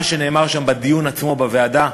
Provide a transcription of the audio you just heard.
מה שנאמר שם בדיון עצמו, בוועדה,